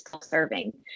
serving